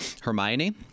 Hermione